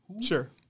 Sure